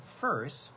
first